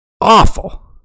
Awful